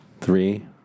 Three